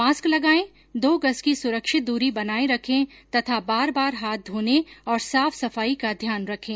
mask लगायें दो गज की सुरक्षित दूरी बनाये रखें तथा बार बार हाथ धोने और साफ सफाई का ध्यान रखें